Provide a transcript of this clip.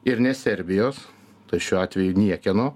ir ne serbijos tai šiuo atveju niekieno